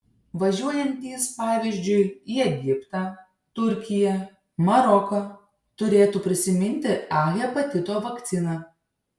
važiuojantys pavyzdžiui į egiptą turkiją maroką turėtų prisiminti a hepatito vakciną